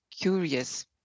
curious